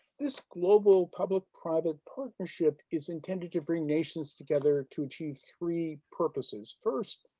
this global public-private partnership is intended to bring nations together to achieve three purposes first,